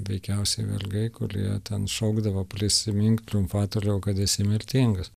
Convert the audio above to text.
veikiausiai vergai kurie ten šaukdavo prisimink triumfatoriau kad esi mirtingas